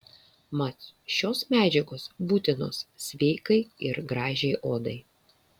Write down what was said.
mat šios medžiagos būtinos sveikai ir gražiai odai